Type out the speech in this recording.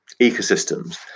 ecosystems